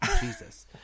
Jesus